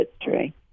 history